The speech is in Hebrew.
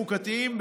חוקתיים,